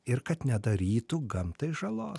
ir kad nedarytų gamtai žalos